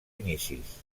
inicis